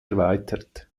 erweitert